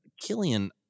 Killian